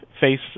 face